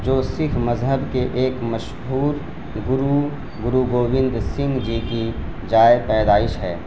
جو سکھ مذہب کے ایک مشہور گرو گرو گووند سنگھ جی کی جائے پیدائش ہے